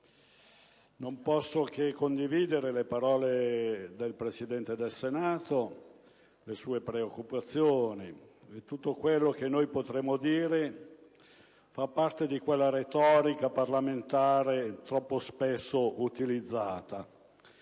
Non posso che condividere le parole del Presidente del Senato e le sue preoccupazioni. Tutto quello che noi potremmo dire fa parte di quella retorica parlamentare troppo spesso utilizzata.